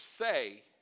say